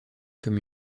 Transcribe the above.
comme